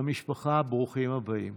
למשפחה, ברוכים הבאים.